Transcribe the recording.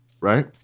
right